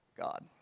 God